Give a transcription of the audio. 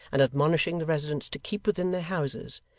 and admonishing the residents to keep within their houses,